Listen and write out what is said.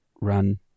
run